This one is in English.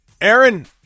Aaron